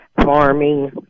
farming